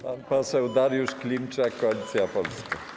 Pan poseł Dariusz Klimczak, Koalicja Polska.